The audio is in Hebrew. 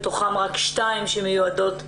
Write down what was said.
כשמתוכם רק שניים שמיועדים לנערות.